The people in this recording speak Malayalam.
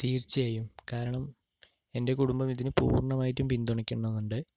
തീര്ച്ചായും കാരണം എൻ്റെ കുടുംബം ഇതിന് പൂര്ണ്ണമായിട്ടും പിന്തുണയ്ക്കുന്നുണ്ട്